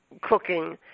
cooking